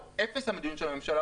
או אפס המדיניות של הממשלה,